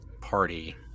party